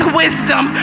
wisdom